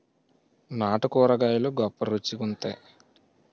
నాటు కూరగాయలు గొప్ప రుచి గుంత్తై